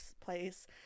place